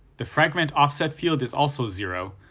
the fragment offset field is also zero,